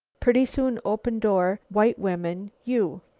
pretty soon, open door, white women, you.